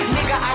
Nigga